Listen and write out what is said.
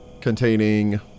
containing